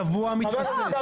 הוא צבוע מתחסד.